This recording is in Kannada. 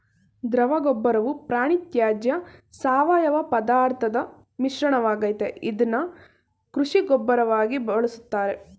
ದ್ರವಗೊಬ್ಬರವು ಪ್ರಾಣಿತ್ಯಾಜ್ಯ ಸಾವಯವಪದಾರ್ಥದ್ ಮಿಶ್ರಣವಾಗಯ್ತೆ ಇದ್ನ ಕೃಷಿ ಗೊಬ್ಬರವಾಗಿ ಬಳುಸ್ತಾರೆ